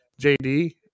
jd